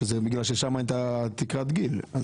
בגלל ששמה הייתה תקרת גיל.